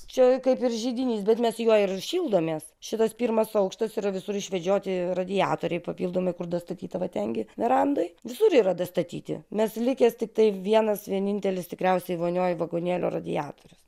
čia kaip ir židinys bet mes juo ir šildomės šitas pirmas aukštas yra visur išvedžioti radiatoriai papildomi kur dastatyta va ten gi verandoj visur yra dastatyti nes likęs tiktai vienas vienintelis tikriausiai vonioj vagonėlio radiatorius